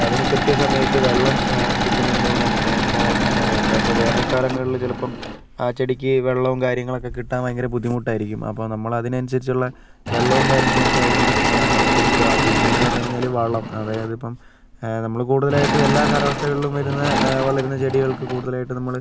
അതിന് കൃത്യ സമയത്ത് വെള്ളം കിട്ടുന്നുണ്ടോയെന്ന് നമുക്ക് നോ നമ്മൾ നോക്കുക അപ്പം വേനൽ കാലങ്ങളിൽ ചിലപ്പം ആ ചെടിക്ക് വെള്ളവും കാര്യങ്ങളൊക്കെ കിട്ടാൻ ഭയങ്കര ബുദ്ധിമുട്ടായിരിക്കും അപ്പോൾ നമ്മൾ അതിനനുസരിച്ചുള്ള വെള്ളവും കാര്യങ്ങളും ഒക്കെ അതിന് കൊടുക്കുക പിന്നെ എന്ന് പറഞ്ഞ് കഴിഞ്ഞാൽ വളം അതായത് ഇപ്പം നമ്മൾ കൂടുതലായിട്ടും എല്ലാ കാലാവസ്ഥകളിലും വരുന്ന വളരുന്ന ചെടികൾക്ക് കൂടുതലായിട്ട് നമ്മൾ